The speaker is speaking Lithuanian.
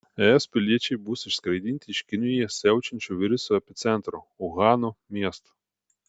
es piliečiai bus išskraidinti iš kinijoje siaučiančio viruso epicentro uhano miesto